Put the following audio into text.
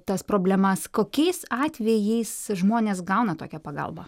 tas problemas kokiais atvejais žmonės gauna tokią pagalbą